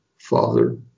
Father